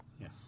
Yes